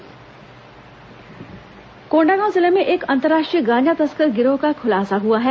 शराब गांजा जब्त कोंडागांव जिले में एक अंतर्राष्ट्रीय गांजा तस्कर गिरोह का खुलासा हुआ है